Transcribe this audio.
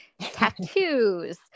tattoos